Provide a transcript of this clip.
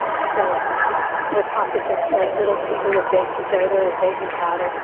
so or pockets of like little pieces of baking soda or baking powder.